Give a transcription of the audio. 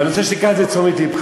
ואני רוצה שתיקח את זה לתשומת לבך,